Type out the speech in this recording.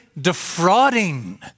defrauding